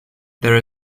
there